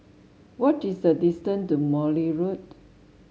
what is the distance to Morley Road